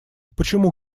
почему